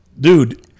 Dude